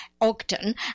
Ogden